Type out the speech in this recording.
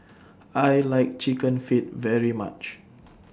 I like Chicken Feet very much